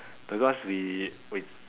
because we we